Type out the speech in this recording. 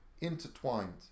intertwined